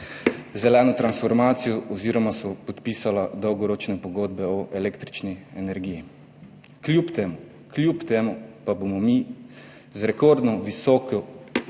zeleno transformacijo oziroma so podpisala dolgoročne pogodbe o električni energiji. Kljub temu pa bomo mi z rekordno visoko